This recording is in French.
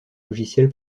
logiciels